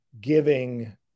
giving